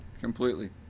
Completely